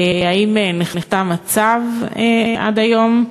2. האם נחתם הצו עד היום?